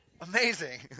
Amazing